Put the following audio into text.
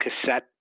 cassette